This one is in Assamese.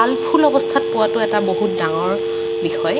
আলফুল অৱস্থাত পোৱাটো এটা বহুত ডাঙৰ বিষয়